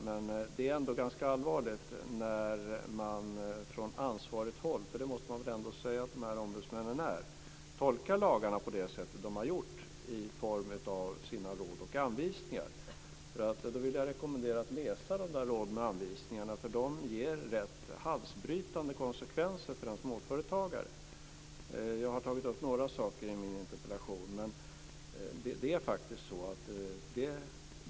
Men det är ändå ganska allvarligt när man från ansvarigt håll - för det måste man väl ändå säga att dessa ombudsmän är - tolkar lagarna på det sätt som man har gjort i form av sina råd och anvisningar. Jag vill rekommendera läsning av råden och anvisningarna för de ger rätt halsbrytande konsekvenser för en småföretagare, och jag har tagit upp några av dem i min interpellation.